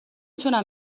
تونم